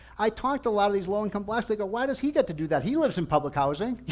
i talked a lot of these low income blacks, they go, why does he get to do that? he lives in public housing.